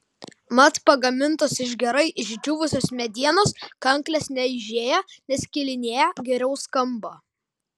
mat pagamintos iš gerai išdžiūvusios medienos kanklės neaižėja neskilinėja geriau skamba